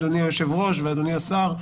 אדוני היושב-ראש ואדוני השר,